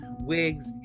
wigs